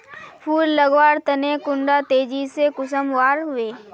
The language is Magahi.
फुल लगवार तने कुंडा तेजी से कुंसम बार वे?